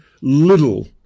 little